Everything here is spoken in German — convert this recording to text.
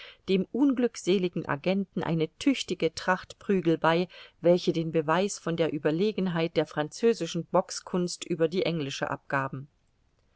dem unglückseligen agenten eine tüchtige tracht prügel bei welche den beweis von der ueberlegenheit der französischen boxkunst über die englische abgaben